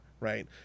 Right